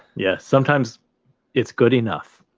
yeah. sometimes it's good enough.